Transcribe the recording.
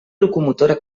locomotora